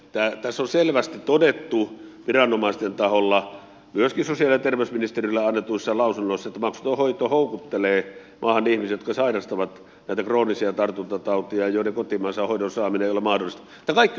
tässä on selvästi todettu viranomaisten taholla myöskin sosiaali ja terveysministerille annetuissa lausunnoissa että maksuton hoito houkuttelee maahan ihmiset jotka sairastavat näitä kroonisia tartuntatauteja ja joiden kotimaassa hoidon saaminen ei ole mahdollista